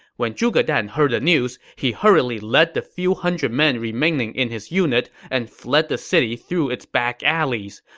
when zhuge dan heard the news, he hurriedly led the few hundred men remaining in his unit and fled the city through its back alleys.